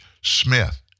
Smith